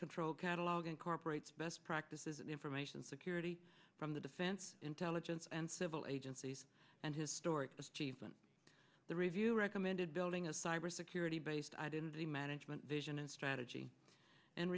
control catalog incorporate best practices in information security from the defense intelligence and civil agencies and historic achievement the review recommended building a cybersecurity based identity management vision and strategy and